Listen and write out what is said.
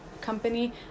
company